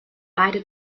beide